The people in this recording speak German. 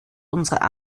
unserer